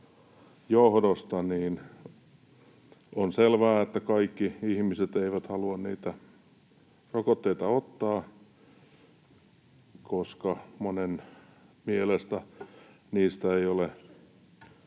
johdosta, joten on selvää, että kaikki ihmiset eivät halua niitä rokotteita ottaa, koska monen mielestä niistä ei ole